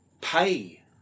pay